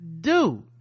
dude